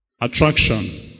Attraction